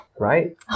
right